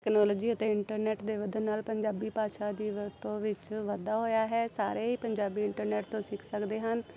technology ਅਤੇ internet ਦੇ ਵੱਧਣ ਨਾਲ ਪੰਜਾਬੀ ਭਾਸ਼ਾ ਦੀ ਵਰਤੋਂ ਵਿੱਚ ਵਾਧਾ ਹੋਇਆ ਹੈ ਸਾਰੇ ਹੀ ਪੰਜਾਬੀ ਇੰਟਰਨੈੱਟ ਤੋਂ ਸਿੱਖ ਸਕਦੇ ਹਨ